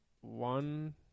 one